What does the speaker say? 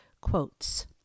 quotes